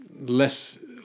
less